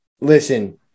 listen